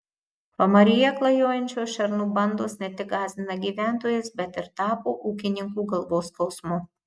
pamaryje klajojančios šernų bandos ne tik gąsdina gyventojus bet ir tapo ūkininkų galvos skausmu